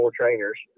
trainers